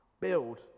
build